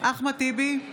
אחמד טיבי,